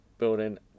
building